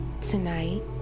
Tonight